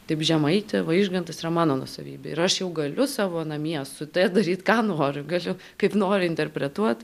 taip žemaitė vaižgantas yra mano nuosavybė ir aš jau galiu savo namie su tai daryt ką noriu galiu kaip noriu interpretuot